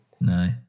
No